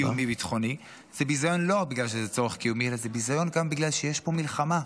קיומי, ביטחוני, אלא זה ביזיון גם כי יש פה מלחמה,